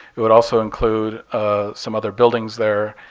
it would also include ah some other buildings there.